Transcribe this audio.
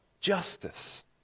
justice